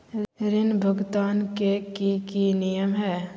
ऋण भुगतान के की की नियम है?